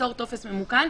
ליצור טופס ממוכן.